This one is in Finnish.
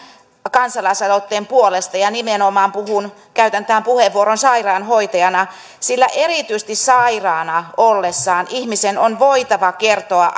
kansalaisaloitteen puolesta ja ja nimenomaan käytän tämän puheenvuoron sairaanhoitajana sillä erityisesti sairaana ollessaan ihmisen on voitava kertoa